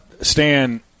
Stan –